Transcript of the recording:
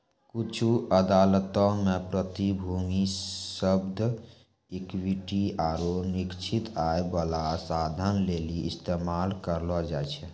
कुछु अदालतो मे प्रतिभूति शब्द इक्विटी आरु निश्चित आय बाला साधन लेली इस्तेमाल करलो जाय छै